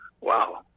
wow